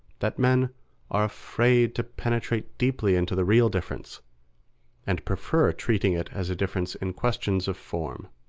that men are afraid to penetrate deeply into the real difference and prefer treating it as a difference in questions of form.